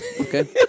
Okay